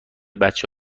بچه